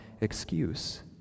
excuse